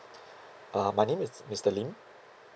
uh my name is mister lim